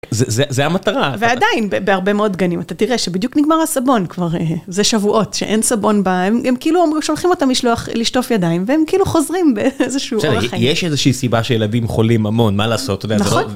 זה המטרה ועדיין בהרבה מאוד גנים אתה תראה שבדיוק נגמר הסבון כבר זה שבועות שאין סבון בהם הם כאילו שולחים אותם לשטוף ידיים והם כאילו חוזרים באיזשהו... יש איזושהי סיבה שילדים חולים המון מה לעשות. נכון